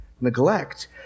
Neglect